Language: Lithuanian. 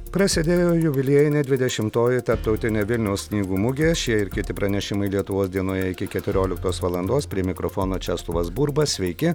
prasidėjo jubiliejinė dvidešimtoji tarptautinė vilniaus knygų mugė šie ir kiti pranešimai lietuvos dienoje iki keturioliktos valandos prie mikrofono česlovas burba sveiki